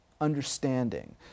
understanding